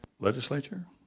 Legislature